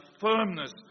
firmness